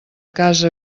casa